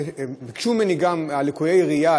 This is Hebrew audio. ביקשו ממני לקויי ראייה,